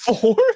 Four